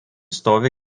stovi